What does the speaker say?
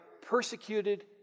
persecuted